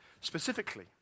specifically